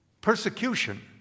persecution